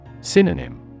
Synonym